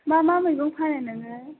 मा मा मैगं फानो नोङो